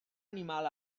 animal